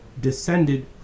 descended